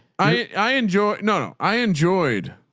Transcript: i enjoy. no, i enjoyed.